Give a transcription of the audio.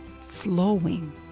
flowing